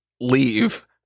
leave